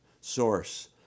source